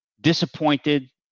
disappointed